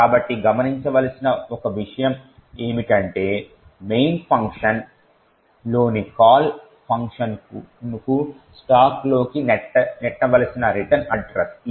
కాబట్టి గమనించవలసిన ఒక విషయం ఏమిటంటే మెయిన్ ఫంక్షన్ లోని కాల్ ఫంక్షన్కు స్టాక్లోకి నెట్టవలసిన రిటర్న్ అడ్రస్ ఇది